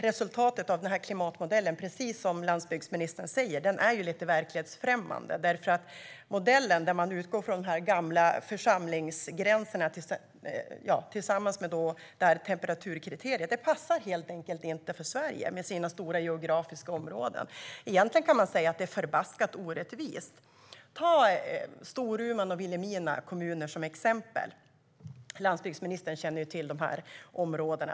Resultatet av klimatmodellen är, precis som landsbygdsministern säger, lite verklighetsfrämmande. Den modell där man utgår från de gamla församlingsgränserna tillsammans med temperaturkriteriet passar helt enkelt inte för Sverige med dess stora geografiska områden. Egentligen kan man säga att det är förbaskat orättvist. Ta Storuman och Vilhelmina kommuner som exempel! Landsbygdsministern känner till dessa områden.